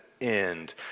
end